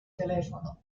telefono